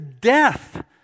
death